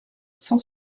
cent